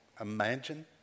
Imagine